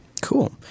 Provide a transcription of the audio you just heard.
Cool